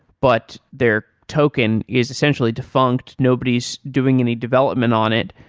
but their token is essentially defunct. nobody's doing any development on it,